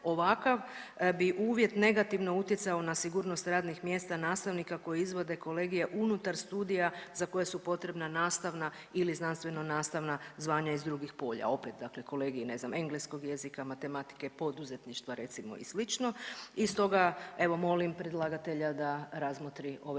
ovakav bi uvjet negativno utjecao na sigurnost radnih mjesta nastavnika koji izvode kolegije unutar studija za koja su potrebna nastavna ili znanstveno nastavna zvanja iz drugih polja, opet dakle kolegiji ne znam engleskog jezika, matematike, poduzetništva recimo i slično i stoga evo molim predlagatelja da razmotri ove